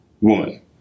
woman